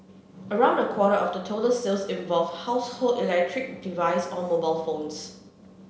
around a quarter of the total sales involved household electric device or mobile phones